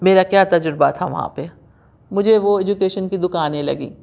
میرا کیا تجربہ تھا وہاں پہ مجھے وہ ایجوکیشن کی دُکانیں لگی